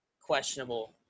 questionable –